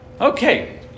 Okay